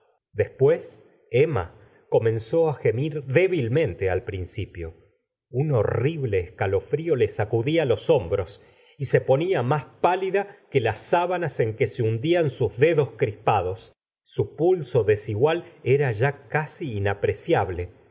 después emma comenzó á gemir débilmente al principio un horrible escalofrío le sacudía los hombros y se ponía más pálida que las sábanas en que se hundían sus dedos crispados su pulso desigual era ya casi inapreciable